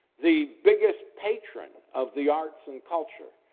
the biggest patron of the arts and culture,